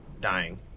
dying